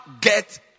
get